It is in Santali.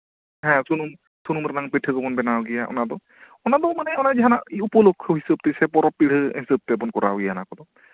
ᱦᱮᱸ ᱥᱩᱱᱩᱢ ᱥᱩᱱᱩᱢ ᱨᱮᱱᱟᱝ ᱯᱤᱴᱷᱟᱹ ᱠᱚᱵᱚᱱ ᱵᱮᱱᱟᱣ ᱜᱮᱭᱟ ᱚᱱᱟ ᱫᱚ ᱚᱱᱟ ᱫᱚ ᱢᱟᱱᱮ ᱚᱱᱟ ᱡᱟᱦᱟᱸᱱᱟᱜ ᱩᱯᱚᱞᱚᱠᱠᱷᱚ ᱦᱤᱥᱟᱹᱵ ᱛᱮ ᱥᱮ ᱯᱚᱨᱚᱵ ᱯᱤᱬᱦᱟᱹ ᱦᱤᱥᱟᱹᱵ ᱛᱮᱵᱚᱱ ᱠᱚᱨᱟᱣ ᱜᱮᱭᱟ ᱚᱱᱟ ᱠᱚᱫᱚ